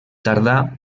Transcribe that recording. tardà